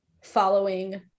following